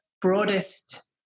broadest